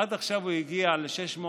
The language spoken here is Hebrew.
עד עכשיו הוא הגיע ל-611,